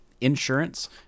insurance